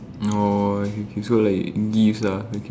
oh so it's like gifts lah okay